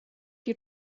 die